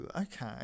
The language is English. okay